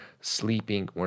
sleeping